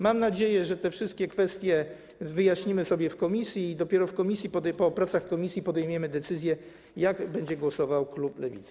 Mam nadzieję, że te wszystkie kwestie wyjaśnimy sobie w komisji i dopiero po pracach w komisji podejmiemy decyzję, jak będzie głosował klub Lewicy.